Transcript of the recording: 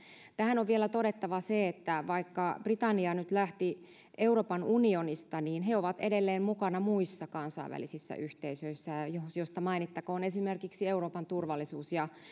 tähän on vielä todettava se että vaikka britannia nyt lähti euroopan unionista niin he ovat edelleen mukana muissa kansainvälisissä yhteisöissä joista mainittakoon esimerkiksi euroopan turvallisuus ja